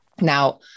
Now